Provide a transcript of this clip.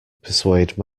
persuade